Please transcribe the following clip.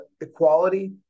equality